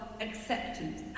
acceptance